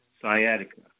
Sciatica